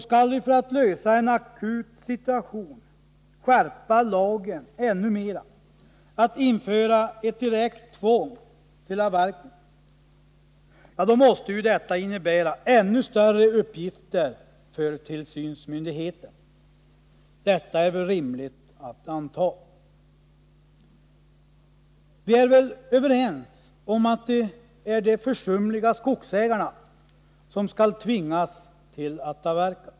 Skall vi för att klara en akut situation skärpa lagen ännu mera och införa ett direkt tvång till avverkning, måste ju detta innebära ännu större uppgifter för tillsynsmyndigheten; det är rimligt att anta. Vi är väl överens om att det är de försumliga skogsägarna som skall tvingas att avverka.